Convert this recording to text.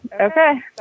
Okay